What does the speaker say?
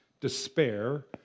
despair